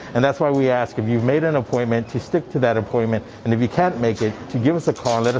and that's why we ask of you made an appointment to stick to that appointment and if you can't make it to give us a call ah